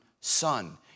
Son